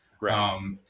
Right